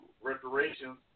reparations